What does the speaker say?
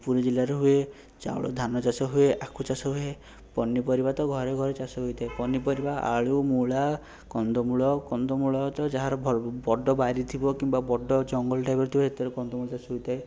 ପୁରୀ ଜିଲ୍ଲାରେ ହୁଏ ଚାଉଳ ଧାନ ଚାଷ ଚାଷ ହୁଏ ଆଖୁ ଚାଷ ହୁଏ ପନିପରିବା ତ ଘରେ ଘରେ ଚାଷ ହୋଇଥାଏ ପନିପରିବା ଆଳୁ ମୂଳା କନ୍ଦମୂଳ କନ୍ଦମୂଳ ତ ଯାହାର ବଡ଼ ବାରି ଥିବ କିମ୍ବା ବଡ଼ ଜଙ୍ଗଲ ଟାଇପର ଥିବ ସେଥିରେ କନ୍ଦମୂଳ ଚାଷ ହେଇଥାଏ